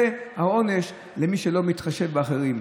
זה העונש למי שלא מתחשב באחרים.